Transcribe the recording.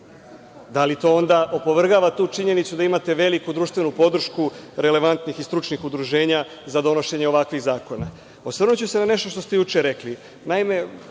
li to onda opovrgava tu činjenicu da imate veliku društvenu podršku relevantnih i stručnih udruženja za donošenje ovakvih zakona? Osvrnuću se na nešto što ste juče rekli.